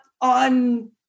on